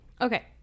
okay